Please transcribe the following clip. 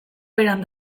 beran